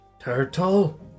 Turtle